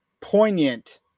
poignant